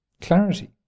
clarity